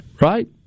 Right